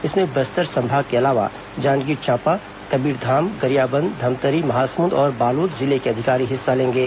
इसमें बस्तर संभाग के अलावा जांजगीर चांपा कबीरधाम गरियाबंद धमतरी महासमुंद और बालोद जिले के अधिकारी हिस्सा लेंगे